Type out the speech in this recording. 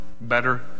better